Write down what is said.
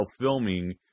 filming